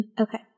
Okay